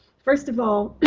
first of all,